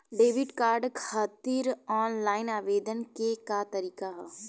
Debit card खातिर online आवेदन के का तरीकि ह?